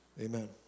amen